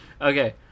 Okay